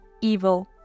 evil